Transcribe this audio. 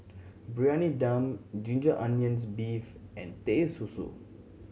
Briyani Dum ginger onions beef and Teh Susu